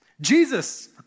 Jesus